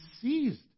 seized